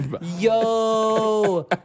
Yo